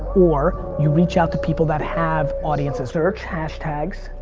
or you reach out to people that have audiences. search hashtags,